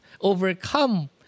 overcome